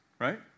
Right